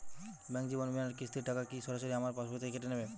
Bank জীবন বিমার কিস্তির টাকা কি সরাসরি আমার পাশ বই থেকে কেটে নিবে?